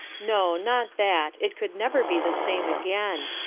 no, not that, it could never be the same again.